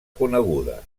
coneguda